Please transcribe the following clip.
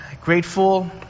grateful